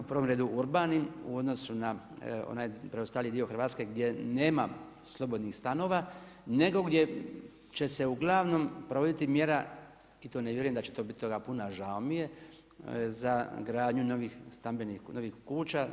U prvom redu urbanim u odnosu na onaj preostali dio Hrvatske gdje nema slobodnih stanova nego gdje će se uglavnom provoditi mjera i to ne vjerujem da će to biti toga puno, žao mi je za gradnju novih stambenih, novih kuća.